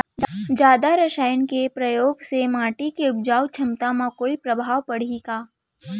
जादा रसायन के प्रयोग से माटी के उपजाऊ क्षमता म कोई प्रभाव पड़ही का?